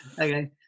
okay